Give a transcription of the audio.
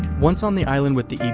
once on the island with the